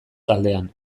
taldean